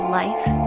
life